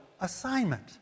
assignment